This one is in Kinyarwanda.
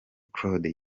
claude